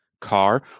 car